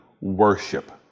worship